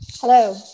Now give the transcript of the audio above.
Hello